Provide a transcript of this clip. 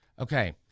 Okay